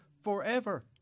forever